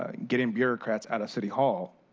ah getting bureaucrats out of city hall.